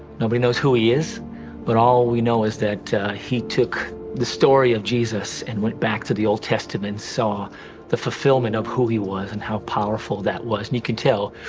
nobody knows who he is but all we know is that he took the story of jesus and went back to the old testament, saw the fulfillment of who he was and how powerful that was. and you can tell,